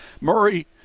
murray